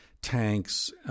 tanks